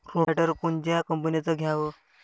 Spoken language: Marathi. रोटावेटर कोनच्या कंपनीचं घ्यावं?